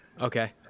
Okay